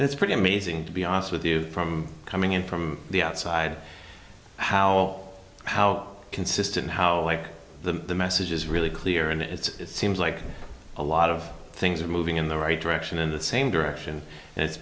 and it's pretty amazing to be honest with you from coming in from the outside how all how consistent how the message is really clear and it's seems like a lot of things are moving in the right direction in the same direction and it's